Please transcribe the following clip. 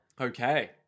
Okay